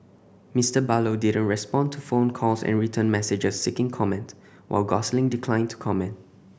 Mister Barlow didn't respond to phone calls and written messages seeking comment while Gosling declined to comment